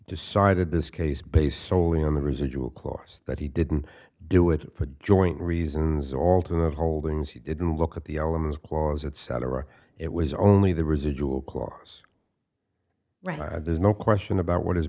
decided this case based solely on the residual clause that he didn't do it for joint reasons alternate holdings he didn't look at the elements clause etc it was only the residual clause right i did no question about what his